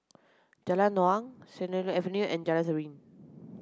Jalan Naung Sennett Avenue and Jalan Serene